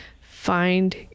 find